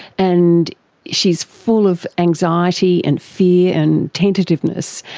and she is full of anxiety and fear and tentativeness,